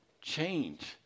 Change